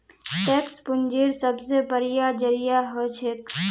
tax पूंजीर सबसे बढ़िया जरिया हछेक